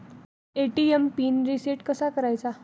ATM PIN reset कसा करायचा?